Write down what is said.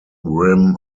rim